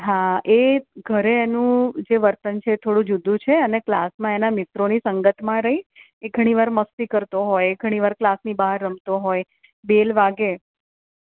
હા એ ઘરે એનું જે વર્તન છે એ થોડું જુદું છે અને ક્લાસમાં એના મિત્રોની સંગતમાં રહી એ ઘણીવાર મસ્તી કરતો હોય ઘણીવાર ક્લાસની બહાર રમતો હોય બેલ વાગે